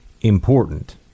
important